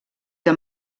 que